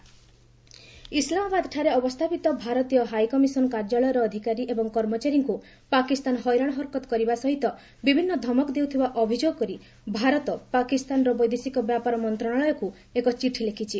India Pak ଇସ୍ଲାମାବାଦଠାରେ ଅବସ୍ଥାପିତ ଭାରତୀୟ ହାଇକମିଶନ କାର୍ଯ୍ୟାଳୟର ଅଧିକାରୀ ଏବଂ କର୍ମଚାରୀମାନଙ୍କୁ ପାକିସ୍ତାନ ହଇରାଣ ହରକତ କରିବା ସହିତ ବିଭିନ୍ନ ଧମକ ଦେଉଥିବା ଅଭିଯୋଗ କରି ଭାରତ ପାକିସ୍ତାନର ବୈଦେଶିକ ବ୍ୟାପାର ମନ୍ତ୍ରଣାଳୟକୁ ଏକ ଚିଠି ଲେଖିଛି